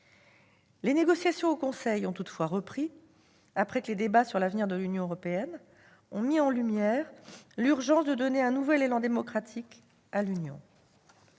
Les négociations au Conseil ont toutefois repris, après que les débats sur l'avenir de l'Union ont mis en lumière l'urgence de donner un nouvel élan démocratique à l'Union